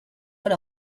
for